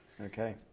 Okay